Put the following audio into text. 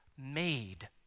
made